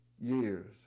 years